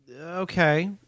Okay